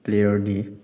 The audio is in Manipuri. ꯄ꯭ꯂꯦꯌꯥꯔꯗꯤ